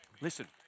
Listen